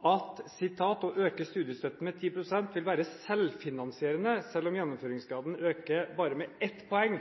å øke studiestøtten med 10% ville være selvfinansierende selv om gjennomføringsgraden økte bare med ett poeng